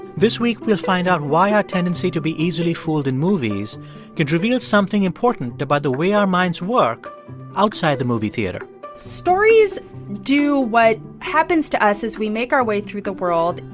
this week, we'll find out why our tendency to be easily fooled in movies can reveal something important about the way our minds work outside the movie theater stories do what happens to us is we make our way through the world.